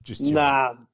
Nah